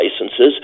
licenses